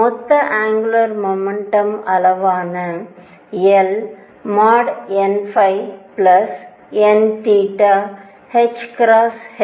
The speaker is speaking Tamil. மொத்த அங்குலார் மொமெண்டம் அளவான L nn